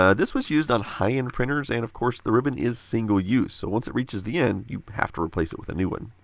ah this was used on high end printers and of course the ribbon is a single use, once it reaches the end, you have to replace it with a new one.